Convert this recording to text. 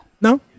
No